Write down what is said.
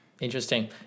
Interesting